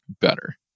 better